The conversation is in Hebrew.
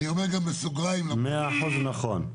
מאה אחוז נכון.